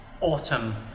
autumn